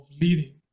leading